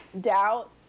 Doubt